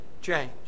change